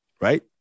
Right